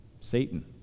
Satan